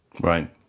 Right